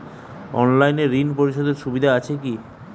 অনলাইনে ঋণ পরিশধের সুবিধা আছে কি?